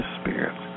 spirits